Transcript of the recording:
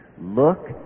Look